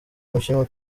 umukinnyi